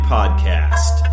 Podcast